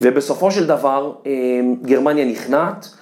ובסופו של דבר, גרמניה נכנעת.